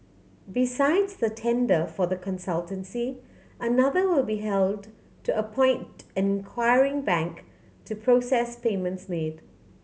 besides the tender for the consultancy another will be held to appoint an acquiring bank to process payments made